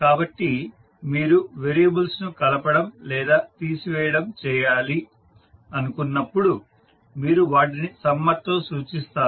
కాబట్టి మీరు వేరియబుల్స్ ను కలపడం లేదా తీసివేయడం చేయాలి అనుకున్నప్పుడు మీరు వాటిని సమ్మర్ తో సూచిస్తారు